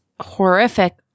horrific